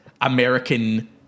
American